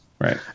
right